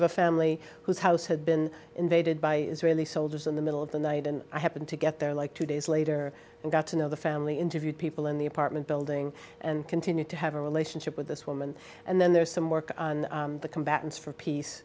of a family whose house had been invaded by israeli soldiers in the middle of the night and i happened to get there like two days later and got to know the family interviewed people in the apartment building and continue to have a relationship with this woman and then there's some work on the combatants for peace